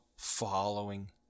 following